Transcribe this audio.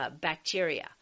bacteria